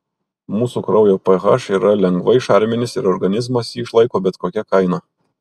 mūsų kraujo ph yra lengvai šarminis ir organizmas jį išlaiko bet kokia kaina